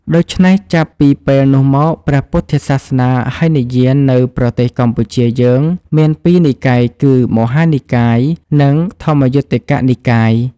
ដូច្នេះ ចាប់ពីពេលនោះមក ព្រះពុទ្ធសាសនាហីនយាននៅប្រទេសកម្ពុជាយើងមានពីរនិកាយគឺ មហានិកាយ និង ធម្មយុត្តិកនិកាយ។